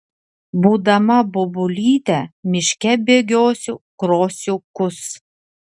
būdama bobulyte miške bėgiosiu krosiukus